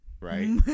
right